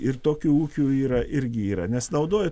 ir tokių ūkių yra irgi yra nes naudoji